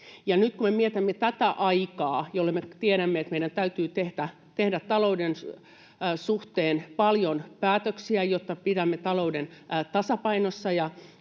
Nyt kun me mietimme tätä aikaa, jolloin me tiedämme, että meidän täytyy tehdä talouden suhteen paljon päätöksiä, jotta pidämme talouden tasapainossa